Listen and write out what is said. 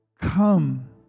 come